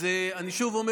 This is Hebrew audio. אז אני שוב אומר,